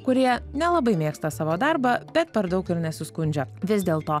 kurie nelabai mėgsta savo darbą bet per daug ir nesiskundžia vis dėl to